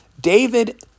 David